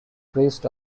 priest